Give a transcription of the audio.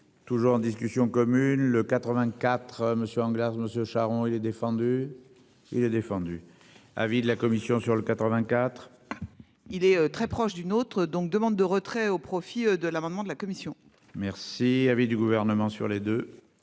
Toujours en discussion commune le 84. Monsieur anglaise monsieur Charon. Il est défendu. Il a défendu avis de la commission sur le 84. Il est très proche d'une autre donc demande de retrait au profit de l'amendement de la commission. Merci avait du gouvernement sur les deux.